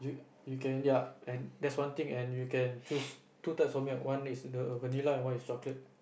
you can ya and that is one thing and you can choose two types of milk one is the vanilla and one is chocolate